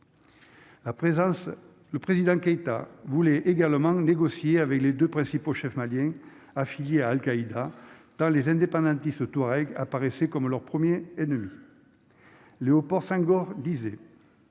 le président Keïta voulez également de négocier avec les 2 principaux chefs malien affilié à Al-Qaïda dans les indépendantistes touareg apparaissait comme leur 1er ennemi Léo pour Senghor disait